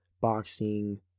boxing